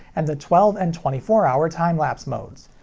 and the twelve and twenty four hour time lapse modes.